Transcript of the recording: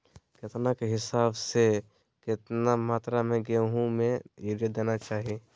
केतना के हिसाब से, कितना मात्रा में गेहूं में यूरिया देना चाही?